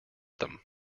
them